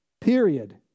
period